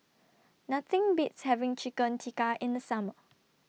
Nothing Beats having Chicken Tikka in The Summer